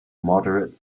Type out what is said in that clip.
moderate